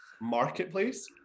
marketplace